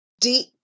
Deep